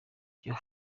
your